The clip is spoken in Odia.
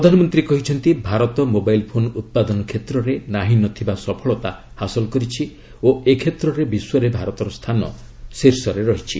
ପ୍ରଧାନମନ୍ତ୍ରୀ କହିଛନ୍ତି ଭାରତ ମୋବାଇଲ୍ ଫୋନ୍ ଉତ୍ପାଦନ କ୍ଷେତ୍ରରେ ନାହିଁନଥିବା ସଫଳତା ହାସଲ କରିଛି ଓ ଏ କ୍ଷେତ୍ରରେ ବିଶ୍ୱରେ ଭାରତର ସ୍ଥାନ ଶୀର୍ଷରେ ରହିଛି